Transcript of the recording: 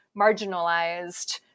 marginalized